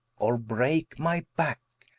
or breake my backe,